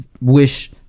wish